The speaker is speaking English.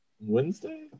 wednesday